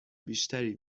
بیشتری